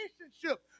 relationship